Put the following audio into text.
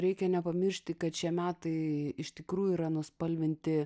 reikia nepamiršti kad šie metai iš tikrųjų yra nuspalvinti